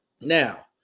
Now